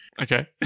Okay